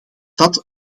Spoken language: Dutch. dat